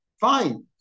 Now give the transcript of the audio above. Fine